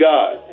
God